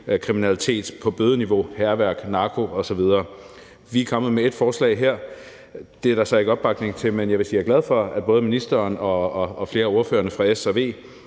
kriminalitet på bødeniveau, hærværk, narko osv. Vi er kommet med ét forslag her. Det er der så ikke opbakning til, men jeg vil sige, at jeg er glad for, at både ministeren og flere af ordførerne, ordførerne